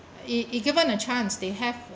if if given a chance they have